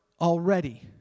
already